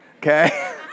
okay